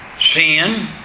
Sin